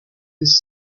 les